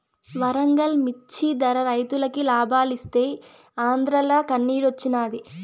వరంగల్ మిచ్చి ధర రైతులకి లాబాలిస్తీ ఆంద్రాల కన్నిరోచ్చినాది